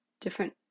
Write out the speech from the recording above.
different